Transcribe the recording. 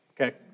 Okay